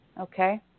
okay